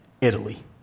Italy